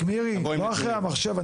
רק מירי, לא אחרי המחשב.